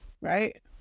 right